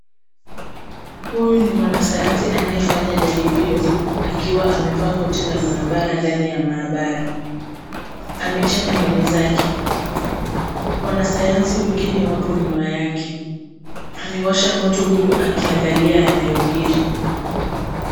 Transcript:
Huyu ni mwanasayansi anayefanya jaribio akiwa amevaa koti la maabara ndani ya maabara . Amechana nywele zake . Wanasayansi wengine wapo nyuma yake. Amewasha moto huku akiangalia yanayojiri.